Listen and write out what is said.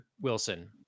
Wilson